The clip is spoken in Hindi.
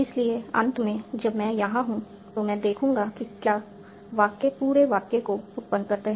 इसलिए अंत में जब मैं यहां हूं तो मैं देखूंगा कि क्या वाक्य पूरे वाक्य को उत्पन्न करते हैं